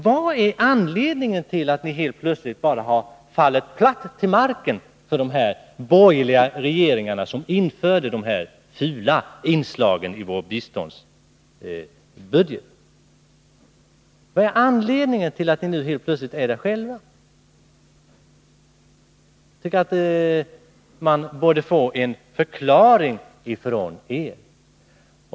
Vad är anledningen till att ni helt plötsligt har fallit platta till marken för de borgerliga regeringar som införde dessa fula inslag i vår biståndsbudget? Varför befinner ni er nu själva i samma situation? Man borde få en förklaring från er.